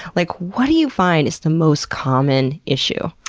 like what do you find is the most common issue?